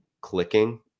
clicking